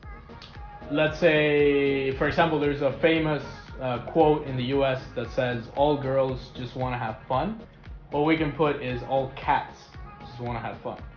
let's say for example, there's a famous quote in the us that says all girls. just want to have fun what we can put is old cats just so want to have fun.